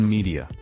Media